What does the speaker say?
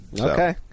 Okay